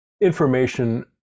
information